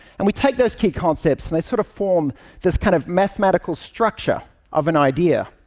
and we take those key concepts and they sort of form this kind of mathematical structure of an idea.